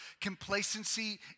Complacency